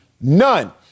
none